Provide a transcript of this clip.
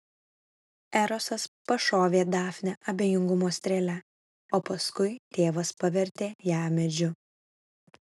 erosas pašovė dafnę abejingumo strėle o paskui tėvas pavertė ją medžiu